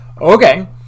okay